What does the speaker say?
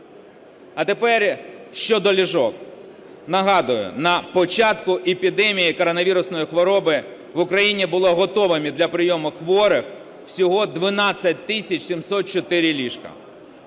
А тепер щодо ліжок. Нагадую, на початку епідемії коронавірусної хвороби в Україні були готовими для прийому хворих всього 12 тисяч 704 ліжка.